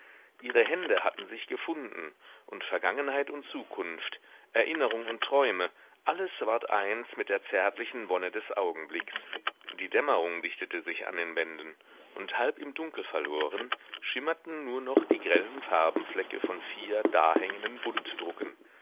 ihre hände hatten sich gefunden und vergangenheit und zukunft erinnerung und träume alles ward eins mir der zärtlichen wonne des augenblicks die dämmerung dichtete sich an den wänden und halb im dunkel verloren schimmerten nur noch die grellen farbenflecke von vier dahängenden